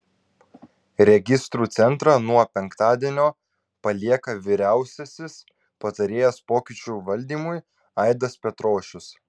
registrų centrą nuo penktadienio palieka vyriausiasis patarėjas pokyčių valdymui aidas petrošius